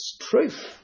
truth